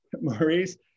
Maurice